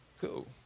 cool